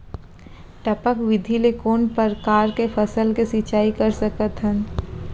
टपक विधि ले कोन परकार के फसल के सिंचाई कर सकत हन?